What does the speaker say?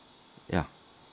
ya